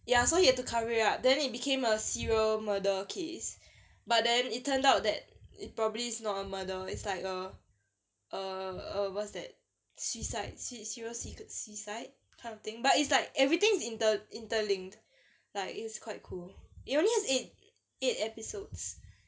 ya so he had to cover it up then it became a serial murder case but then it turned out that it probably is not a murder it's like a err what's that suicide seria~ suicide kind of thing but it's like everything's is in~ interlinked like it's quite cool it only has eight episodes